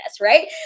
right